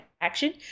action